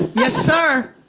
yes sir.